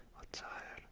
tired,